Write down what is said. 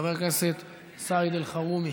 חבר הכנסת סעיד אלחרומי,